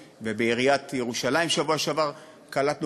ובעיריית ירושלים בשבוע שעבר קלטנו